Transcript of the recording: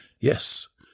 Yes